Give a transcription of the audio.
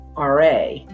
RA